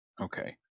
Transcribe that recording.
Okay